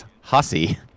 Hussy